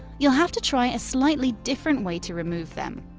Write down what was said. you'll have to try a slightly different way to remove them.